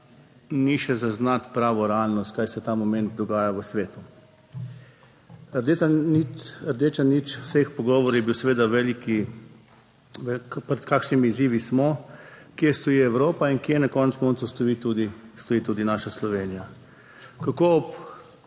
ni še zaznati pravo realnost, kaj se ta moment dogaja v svetu. Rdeča nit, rdeča nit vseh pogovorov je bil seveda veliki, pred kakšnimi izzivi smo, kje stoji Evropa in kje na koncu koncev stoji tudi, stoji tudi naša Slovenija? Kako ob